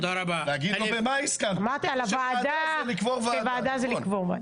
אמרתי שאני מסכים שוועדה זה לקבור ועדה.